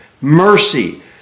Mercy